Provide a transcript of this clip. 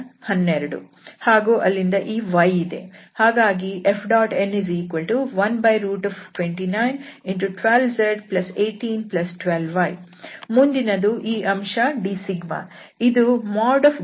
ಆದ್ದರಿಂದ 12 ಹಾಗೂ ಅಲ್ಲಿಂದ ಈ y ಇದೆ